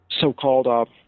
so-called